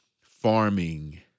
farming